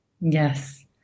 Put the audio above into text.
Yes